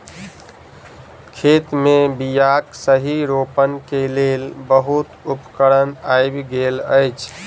खेत मे बीयाक सही रोपण के लेल बहुत उपकरण आइब गेल अछि